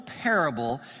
parable